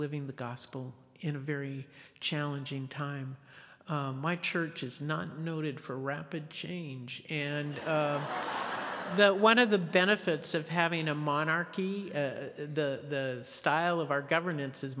living the gospel in a very challenging time my church is not noted for rapid change and i know one of the benefits of having a monarchy the style of our governance